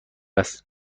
است